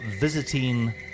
visiting